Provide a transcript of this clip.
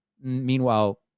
meanwhile